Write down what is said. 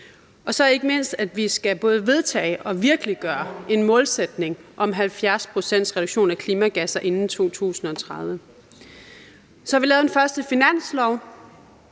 vi ikke mindst vedtage og virkeliggøre en målsætning om 70 pct. reduktion af klimagasser inden 2030. Så har vi lavet en første finanslov,